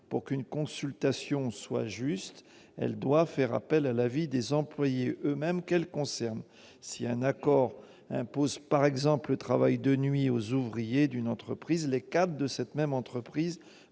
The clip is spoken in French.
pour qu'une consultation soit juste, elle doit faire appel à l'avis des employés mêmes qu'elle concerne. Si un accord impose, par exemple, le travail de nuit aux ouvriers d'une entreprise, les cadres de cette même entreprise